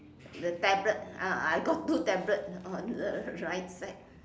the tablet uh I got two tablet on the right side